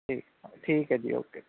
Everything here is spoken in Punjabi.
ਠੀਕ ਠੀਕ ਹੈ ਜੀ ਓਕੇ